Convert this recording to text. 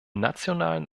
nationalen